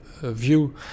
view